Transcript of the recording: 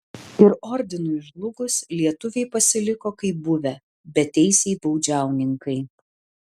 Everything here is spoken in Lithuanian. ir ordinui žlugus lietuviai pasiliko kaip buvę beteisiai baudžiauninkai